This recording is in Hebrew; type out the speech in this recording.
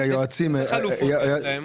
איזה חלופות יש להם?